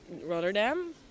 Rotterdam